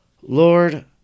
Lord